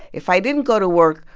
if i didn't go to work,